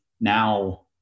now